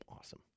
awesome